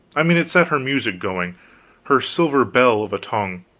i mean it set her music going her silver bell of a tongue.